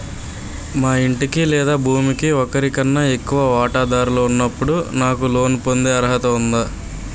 మా ఇంటికి లేదా భూమికి ఒకరికన్నా ఎక్కువ వాటాదారులు ఉన్నప్పుడు నాకు లోన్ పొందే అర్హత ఉందా?